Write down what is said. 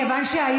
מכיוון שהיום,